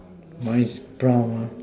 mice brown